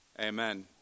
Amen